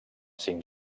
cinc